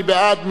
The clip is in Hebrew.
מי בעד?